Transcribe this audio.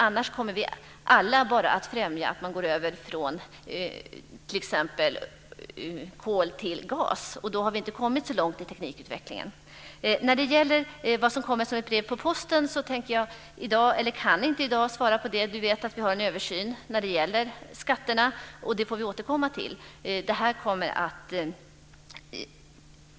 Annars kommer alla bara att främja att vi går över från t.ex. kol till gas, och då har vi inte kommit så långt i teknikutvecklingen. När det gäller detta med att det kommer som ett brev på posten kan jag i dag inte svara på det. Som bekant pågår det en översyn av skatterna, så vi får återkomma i den här frågan.